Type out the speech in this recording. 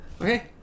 Okay